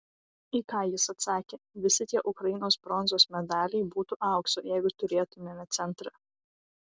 į ką jis atsakė visi tie ukrainos bronzos medaliai būtų aukso jeigu turėtumėme centrą